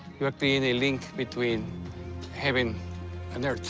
you are creating a link between heaven and earth,